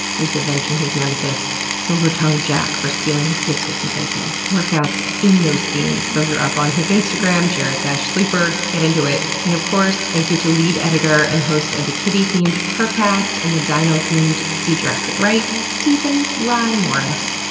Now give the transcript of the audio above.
who's avenging his nemesis silver tongue jack for stealing his biscuits and bacon. workouts in those themes, those are up on his instagram, at jarrett sleeper. get into it. and of course, thank you to lead editor and host of the kitty-themed purrrcast and the dino-themed see jurrassic right, steven rye morris,